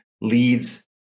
leads